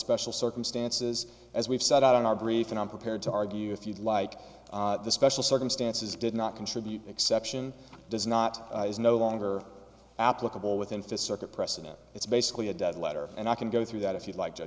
special circumstances as we've set out in our brief and i'm prepared to argue if you like the special circumstances did not contribute an exception does not is no longer applicable within fist circuit precedent it's basically a dead letter and i can go through that if you'd like to